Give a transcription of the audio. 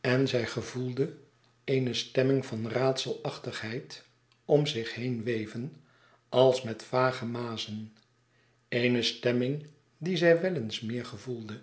en zij gevoelde eene stemming van raadselachtigheid om haar heen weven als met vage mazen eene stemming die zij wel eens meer gevoelde